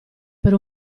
per